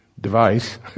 device